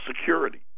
Security